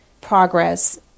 progress